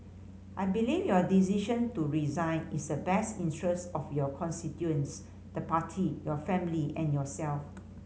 I believe your decision to resign is a best interest of your constituents the party your family and yourself